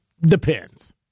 Depends